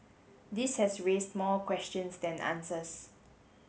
this has raised more questions than answers